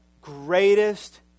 greatest